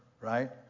right